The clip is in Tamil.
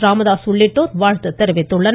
ராமதாஸ் உள்ளிட்டோர் வாழ்த்து தெரிவித்துள்ளனர்